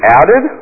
added